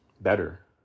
better